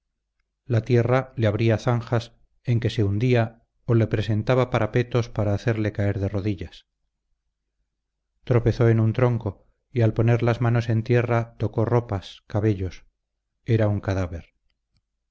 la tierra le abría zanjas en que se hundía o le presentaba parapetos para hacerle caer de rodillas tropezó en un tronco y al poner las manos en tierra tocó ropas cabellos era un cadáver